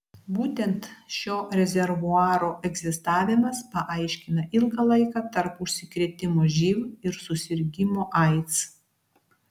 būtent šio rezervuaro egzistavimas paaiškina ilgą laiką tarp užsikrėtimo živ ir susirgimo aids